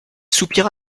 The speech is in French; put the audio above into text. soupira